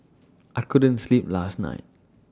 I couldn't sleep last night